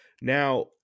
Now